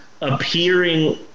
appearing